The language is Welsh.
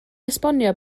esbonio